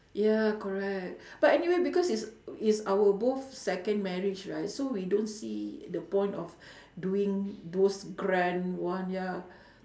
ya correct but anyway because it's it's our both second marriage right so we don't see the point of doing those grand one ya